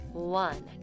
one